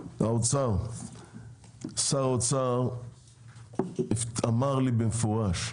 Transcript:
אבל שר האוצר אמר לי במפורש: